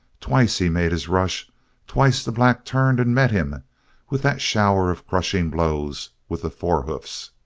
twice he made his rush twice the black turned and met him with that shower of crushing blows with the fore hoofs.